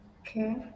Okay